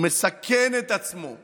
הוא מסכן את עצמו.